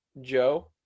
Joe